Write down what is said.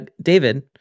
David